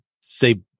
say